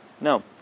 No